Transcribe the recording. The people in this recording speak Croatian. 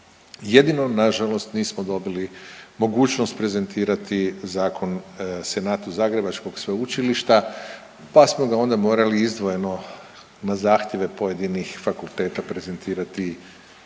jedino nažalost nismo dobili mogućnost prezentirati zakon Senatu Zagrebačkog Sveučilišta pa smo ga onda morali izdvojeno na zahtjeve pojedinih fakulteta prezentirati, ali